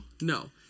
no